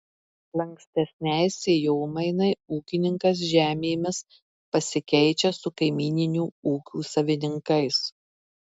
lankstesnei sėjomainai ūkininkas žemėmis pasikeičia su kaimyninių ūkių savininkais